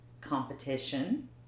competition